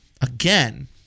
again